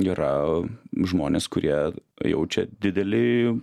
yra žmonės kurie jaučia didelį